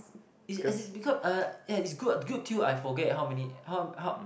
is as in yeah is good good till I forget how many how how